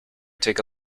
take